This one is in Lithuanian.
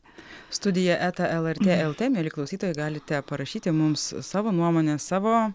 studija eta lrt lt mieli klausytojai galite parašyti mums savo nuomonę savo